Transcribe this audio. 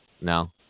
No